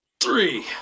three